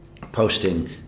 posting